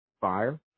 fire